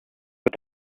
but